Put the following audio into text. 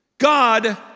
God